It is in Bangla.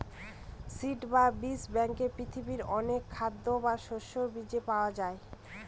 সিড বা বীজ ব্যাঙ্কে পৃথিবীর অনেক খাদ্যের বা শস্যের বীজ পাওয়া যায়